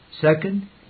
second